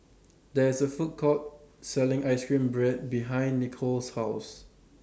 There IS A Food Court Selling Ice Cream Bread behind Nicole's House